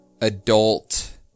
adult